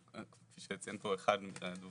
כפי שציין פה אחד הדוברים,